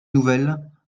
nouvelles